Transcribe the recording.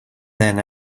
than